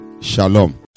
Shalom